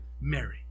Mary